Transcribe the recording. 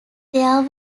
there